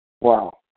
Wow